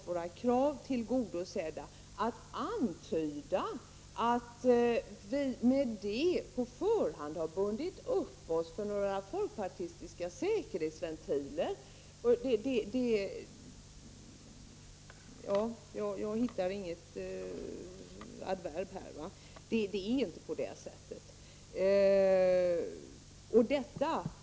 Vi har fått våra krav tillgodosedda. Att antyda att vi med det på förhand har bundit upp oss för några folkpartistiska säkerhetsventiler — jag hittar inget adverb för att beskriva det. Det är inte på det sättet.